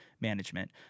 management